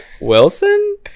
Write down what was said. Wilson